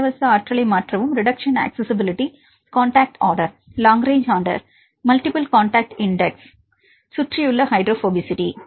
இலவச ஆற்றலை மாற்றவும் மாணவர் ரிடெக்ஷன் அக்சஸிஸிபிலிட்டி காண்டாக்ட் ஆர்டர் மாணவர் லாங் ரேங்ச் ஆர்டர் மாணவர் மல்டிபிள் காண்டாக்ட் இண்டெக்ஸ் மாணவர் சுற்றியுள்ள ஹைட்ரோபோபசிட்டி